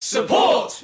Support